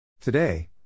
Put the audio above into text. Today